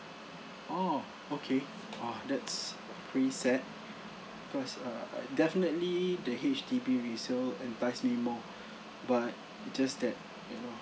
oh okay ugh that's pretty sad cause uh uh definitely the H_D_B resale enticed me more but just that you know